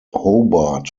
hobart